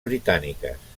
britàniques